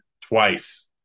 twice